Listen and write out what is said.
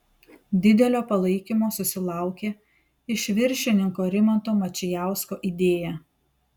didelio palaikymo susilaukė iš viršininko rimanto mačijausko idėja